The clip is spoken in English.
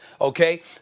Okay